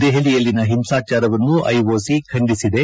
ದೆಹಲಿಯಲ್ಲಿನ ಹಿಂಸಾಚಾರವನ್ನು ಓಐಸಿ ಖಂಡಿಸಿದೆ